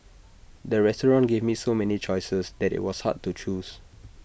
the restaurant gave me so many choices that IT was hard to choose